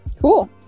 Cool